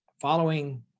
following